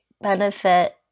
benefit